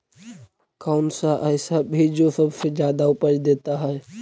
कौन सा ऐसा भी जो सबसे ज्यादा उपज देता है?